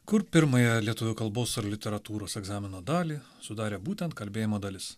kur pirmąją lietuvių kalbos ir literatūros egzamino dalį sudarė būtent kalbėjimo dalis